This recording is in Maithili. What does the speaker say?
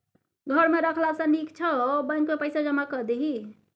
घर मे राखला सँ नीक छौ बैंकेमे पैसा जमा कए दही